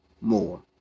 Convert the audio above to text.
more